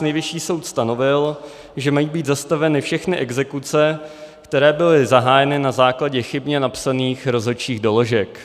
Nejvyšší soud stanovil, že mají být zastaveny všechny exekuce, které byly zahájeny na základě chybně napsaných rozhodčích doložek.